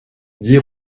dix